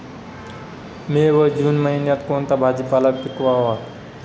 मे व जून महिन्यात कोणता भाजीपाला पिकवावा?